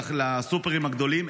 לסופרים הגדולים,